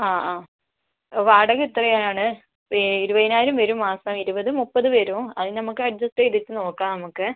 ആ ആ വാടക ഇത്രയാണ് ഇരുപതിനായിരം വരും മാസം ഇരുപത് മുപ്പത് വരും അത് നമുക്ക് അഡ്ജസ്റ്റ് ചെയ്തിട്ട് നോക്കാം നമുക്ക്